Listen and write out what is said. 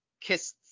kissed –